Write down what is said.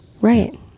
Right